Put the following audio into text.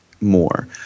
more